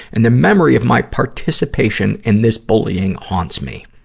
and the memory of my participation in this bullying haunts me.